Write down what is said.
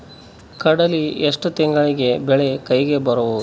ಕಡಲಿ ಎಷ್ಟು ತಿಂಗಳಿಗೆ ಬೆಳೆ ಕೈಗೆ ಬರಬಹುದು?